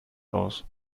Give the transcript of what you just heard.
aus